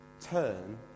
turn